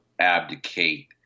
abdicate